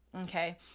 Okay